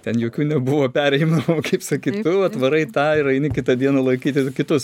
ten jokių nebuvo perėjūnų kaip sakyt tu atvarai tą ir eini kitą dieną laikyti kitus